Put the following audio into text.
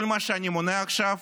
כל מה שאני מונה עכשיו